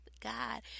God